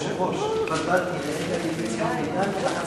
ההצעה להעביר את הצעת חוק למניעת העסקה